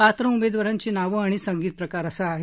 पात्र उमेदवारांची नावं आणि संगीत प्रकार असा आहे